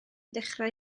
dechrau